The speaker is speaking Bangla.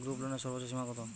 গ্রুপলোনের সর্বোচ্চ সীমা কত?